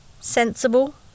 sensible